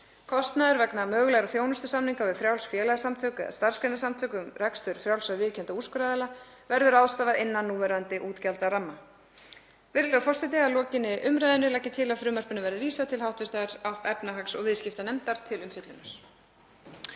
Kostnaði vegna mögulegra þjónustusamninga við frjáls félagasamtök eða starfsgreinasamtök og rekstrar frjálsra, viðurkenndra úrskurðaraðila verður ráðstafað innan núverandi útgjaldaramma. Virðulegur forseti. Að lokinni umræðunni legg ég til að frumvarpinu verði vísað til hv. efnahags- og viðskiptanefndar til umfjöllunar.